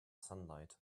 sunlight